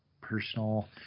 personal